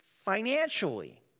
financially